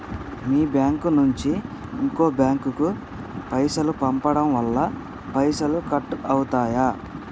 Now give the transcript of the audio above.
మీ bank నుంచి ఇంకో bank కు పైసలు పంపడం వల్ల పైసలు కట్ అవుతయా?